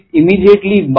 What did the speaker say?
immediately